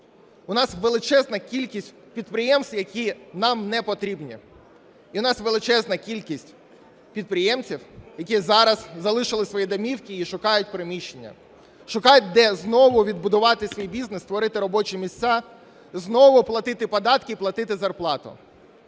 У нас величезна кількість підприємств, які нам не потрібні. І у нас величезна кількість підприємців, які зараз залишили свої домівки і шукають приміщення. Шукають, де знову відбудувати свій бізнес, створити робочі місця, знову платити податки і платити зарплату.